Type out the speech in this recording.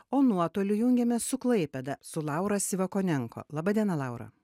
o nuotoliu jungiamės su klaipėda su laura sivakonenko laba diena laura